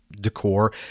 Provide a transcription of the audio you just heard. decor